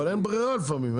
אבל אין ברירה לפעמים.